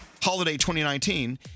HOLIDAY2019